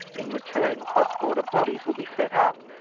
in return cross-border bodies would be set up,